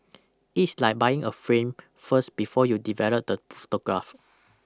it's like buying a frame first before you develop the photograph